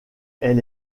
elle